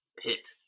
hit